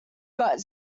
got